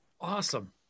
awesome